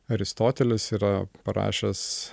aristotelis yra parašęs